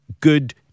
good